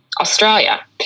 Australia